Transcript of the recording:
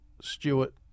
Stewart